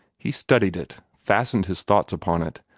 he studied it, fastened his thoughts upon it,